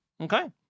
Okay